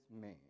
man